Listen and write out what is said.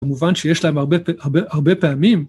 במובן שיש להם הרבה הרבה הרבה פעמים.